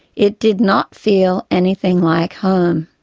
it did not feel anything like home.